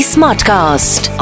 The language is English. Smartcast